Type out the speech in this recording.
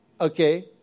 okay